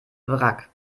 wrack